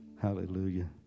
Hallelujah